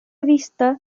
vista